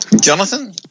Jonathan